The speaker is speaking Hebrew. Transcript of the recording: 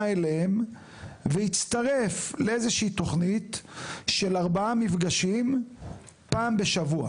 אליהם והצטרף לאיזה שהיא תוכנית של ארבעה מפגשים פעם בשבוע.